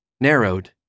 Narrowed